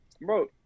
Bro